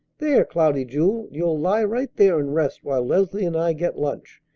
there, cloudy jewel! you'll lie right there and rest while leslie and i get lunch.